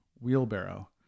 wheelbarrow